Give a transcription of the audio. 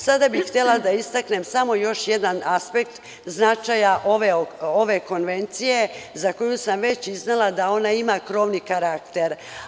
Sada bi htela da istaknem samo još jedan aspekt značaja ove konvencije za koju sam već iznela da ona ima krovni karakter.